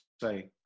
say